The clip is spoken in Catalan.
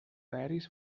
aeris